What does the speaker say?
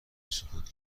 سکوت